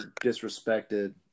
disrespected